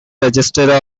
register